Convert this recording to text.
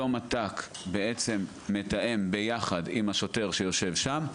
בעצם, אותו מת"ק מתאם ביחד עם השוטר שיושב שם,